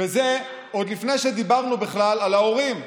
וזה עוד לפני שדיברנו בכלל על ההורים.